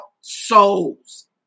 souls